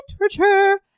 literature